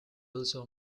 also